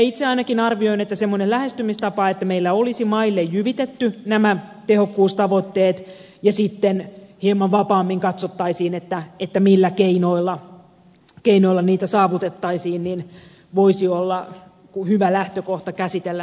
itse ainakin arvioin että semmoinen lähestymistapa että meillä olisi maille jyvitetty nämä tehokkuustavoitteet ja sitten hieman vapaammin katsottaisiin millä keinoilla niitä saavutettaisiin voisi olla hyvä lähtökohta käsitellä näitä asioita